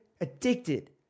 addicted